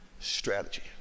strategy